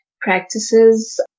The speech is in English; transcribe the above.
practices